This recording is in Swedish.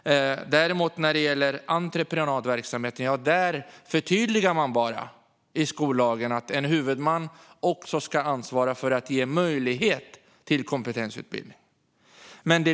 När det gäller entreprenadverksamheten förtydligar man däremot bara i skollagen att en huvudman också ska ansvara för att ge möjlighet till kompetensutveckling.